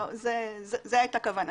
זו הייתה כוונתי.